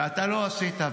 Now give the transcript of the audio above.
ואתה לא עשית.